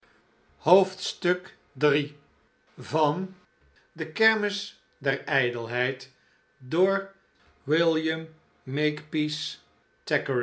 oclocrooococoocococooclf de kermis der ijdelheid van william